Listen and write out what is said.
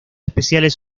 especiales